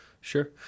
Sure